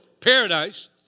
paradise